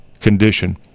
condition